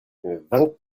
vingt